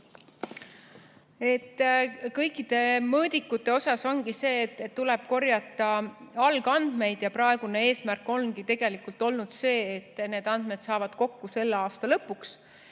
Kõikide mõõdikutega ongi see, et tuleb korjata algandmeid. Praegune eesmärk ongi olnud see, et need andmed saavad kokku selle aasta lõpuks.